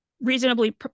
reasonably